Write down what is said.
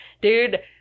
dude